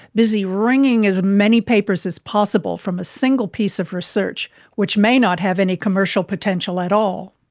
busy wringing as many papers as possible from a single piece of research which may not have any commercial potential at all.